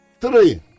Three